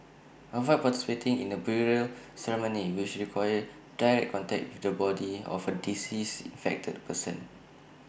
avoid participating in burial ceremonies which require direct contact with the body of A deceased infected person